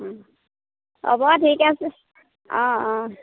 হ'ব ঠিক আছে অঁ অঁ